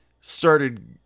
started